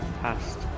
past